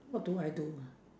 what do I do